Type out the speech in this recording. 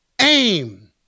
aim